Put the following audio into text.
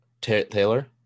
Taylor